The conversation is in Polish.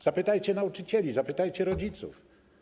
Zapytajcie nauczycieli, zapytajcie rodziców.